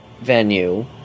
venue